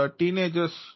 teenagers